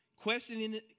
Questioning